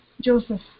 Joseph